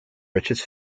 richest